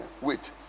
wait